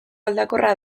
aldakorra